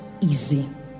easy